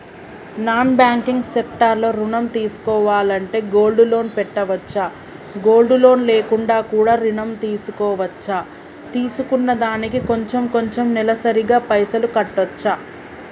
Non banking sector లో ఋణం తీసుకోవాలంటే గోల్డ్ లోన్ పెట్టుకోవచ్చా? గోల్డ్ లోన్ లేకుండా కూడా ఋణం తీసుకోవచ్చా? తీసుకున్న దానికి కొంచెం కొంచెం నెలసరి గా పైసలు కట్టొచ్చా?